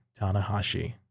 Tanahashi